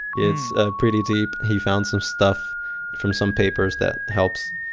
it's ah pretty deep. he found some stuff from some papers that helps.